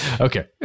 Okay